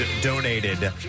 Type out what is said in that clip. donated